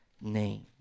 name